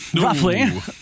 Roughly